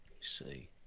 see